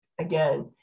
again